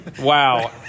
Wow